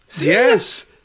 Yes